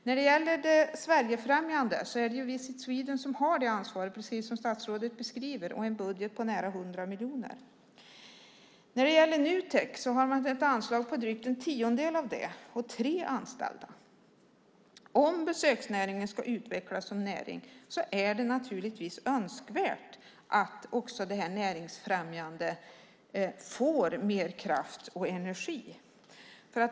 När det gäller det Sverigefrämjande är det, precis som statsrådet beskriver, Visit Sweden som har ansvaret, med en budget på nära 100 miljoner. Nutek har ett anslag på drygt en tiondel av det och tre anställda. Om besöksnäringen ska utvecklas som näring är det naturligtvis önskvärt att det näringsfrämjande får mer kraft och energi.